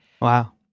Wow